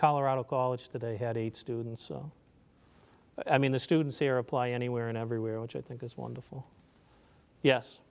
colorado college that they had eight students so i mean the students here apply anywhere and everywhere which i think is wonderful yes